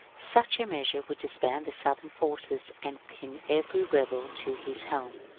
such a measure would disband the southern forces, and pin every rebel to his home.